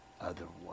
otherwise